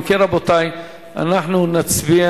אם כן, רבותי, אנחנו נצביע